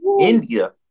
India